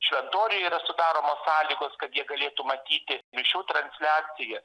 šventoriuj yra sudaromos sąlygos kad jie galėtų matyti mišių transliaciją